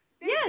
Yes